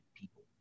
people